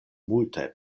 multaj